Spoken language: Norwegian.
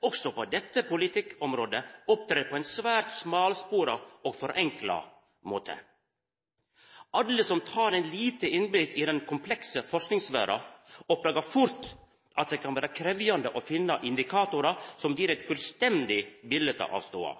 også på dette politikkområdet opptrer på ein svært smalspora og forenkla måte. Alle som tek eit lite blikk inn i den komplekse forskingsverda, oppdagar fort at det kan vera krevjande å finna indikatorar som gir eit fullstendig bilete av stoda.